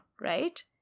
right